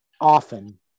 often